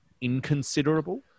inconsiderable